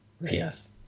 Yes